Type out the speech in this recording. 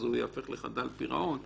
אז ייהפך לחדל פירעון.